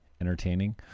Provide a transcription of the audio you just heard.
entertaining